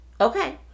Okay